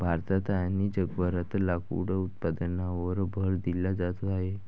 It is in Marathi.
भारतात आणि जगभरात लाकूड उत्पादनावर भर दिला जात आहे